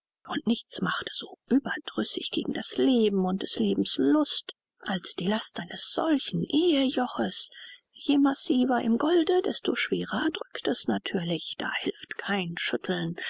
und nichts macht so überdrüßig gegen das leben und des lebens lust als die last eines solchen ehejoches je massiver im golde desto schwerer drückt es natürlich da hilft kein schütteln